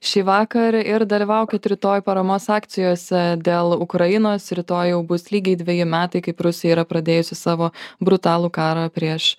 šįvakar ir dalyvaukit rytoj paramos akcijose dėl ukrainos rytoj jau bus lygiai dveji metai kaip rusija yra pradėjusi savo brutalų karą prieš